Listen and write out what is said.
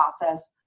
process